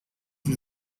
sie